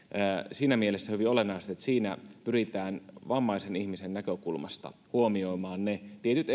siinä mielessä hyvin olennaista että siinä pyritään vammaisen ihmisen näkökulmasta huomioimaan ne tietyt